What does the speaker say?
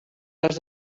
les